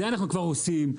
או את זה אנחנו עושים כבר,